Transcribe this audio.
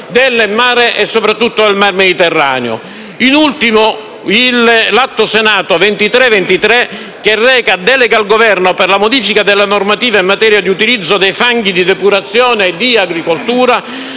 del mare e soprattutto del mar Mediterraneo. In ultimo, cito l'Atto Senato 2323, che reca «Deleghe al Governo per la modifica della normativa in materia di utilizzo dei fanghi di depurazione in agricoltura»,